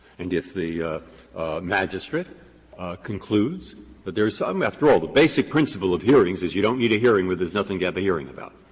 and if the magistrate concludes that but there is um after all, the basic principle of hearings is you don't need a hearing where there's nothing to have a hearing about.